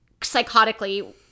psychotically